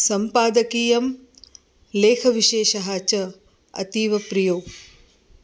सम्पादकीयः लेखविशेषः च अतीव प्रियौ